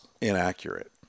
inaccurate